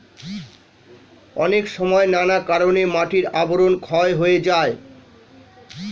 অনেক সময় নানা কারণে মাটির আবরণ ক্ষয় হয়ে যায়